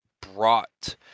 brought